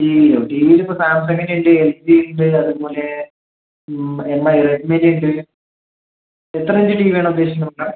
T വിയിലോ ടി വിയിൽ ഇപ്പം സാംസങ്ങിൻ്റെ ഉണ്ട് എൽ ജി ഉണ്ട് അതുപോലെ എം ഐ റെഡ്മിയുടെ ഉണ്ട് എത്ര ഇഞ്ച് ടി വി ആണ് ഉദ്ദേശിക്കുന്നത് മാഡം